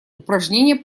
упражнения